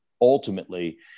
ultimately